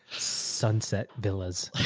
sunset villas.